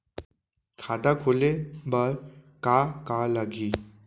खाता खोले बार का का लागही?